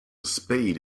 spade